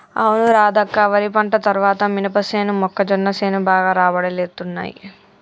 అవును రాధక్క వరి పంట తర్వాత మినపసేను మొక్కజొన్న సేను బాగా రాబడి తేత్తున్నయ్